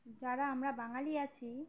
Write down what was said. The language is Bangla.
যারা আমরা বাঙালি আছি